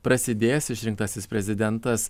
prasidės išrinktasis prezidentas